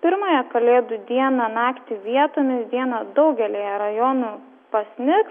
pirmąją kalėdų dieną naktį vietomis dieną daugelyje rajonų pasnigs